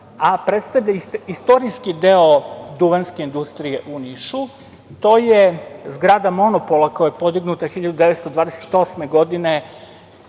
a predstavlja istorijski deo Duvanske industrije u Nišu. To je zgrada monopola koja je podignuta 1928. godine